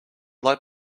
like